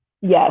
Yes